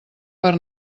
per